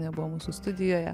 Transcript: nebuvo mūsų studijoje